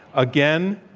again,